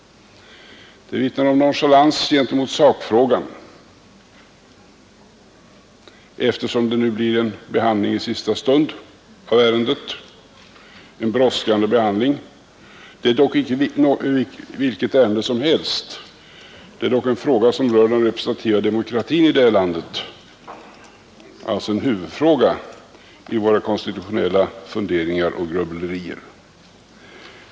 Den vittnar om nonchalans i sakfrågan, eftersom det nu blir en behandling i sista stund av ärendet, en brådskande behandling. Det är dock inte vilket ärende som helst — det rör den representativa demokratin i landet, alltså en huvudfråga i våra konstitutionella funderingar och grubblerier.